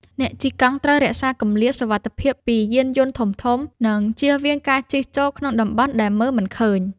អ្នកជិះកង់ត្រូវរក្សាគម្លាតសុវត្ថិភាពពីយានយន្តធំៗ និងជៀសវាងការជិះចូលក្នុងតំបន់ដែលមើលមិនឃើញ។